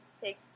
take